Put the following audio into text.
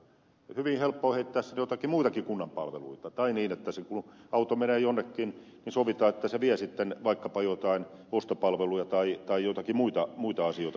hyvin helppo on heittää sinne joitakin muitakin kunnan palveluita tai niin että kun se auto menee jonnekin niin sovitaan että se vie sitten vaikkapa joitakin ostopalveluja tai joitakin muita asioita syrjäkylälle